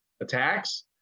attacks